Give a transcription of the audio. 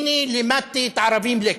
הנה, לימדתי את הערבים לקח.